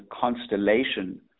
constellation